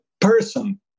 person